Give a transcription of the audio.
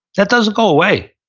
that doesn't go away.